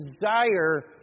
desire